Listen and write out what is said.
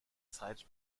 zeit